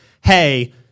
hey